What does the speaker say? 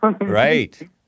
Right